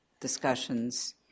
discussions